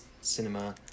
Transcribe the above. cinema